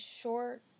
short